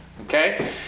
okay